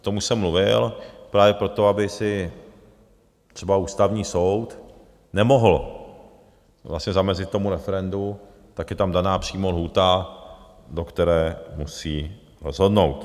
K tomu jsem mluvil právě proto, aby třeba Ústavní soud nemohl zamezit tomu referendu, tak je tam daná přímo lhůta, do které musí rozhodnout.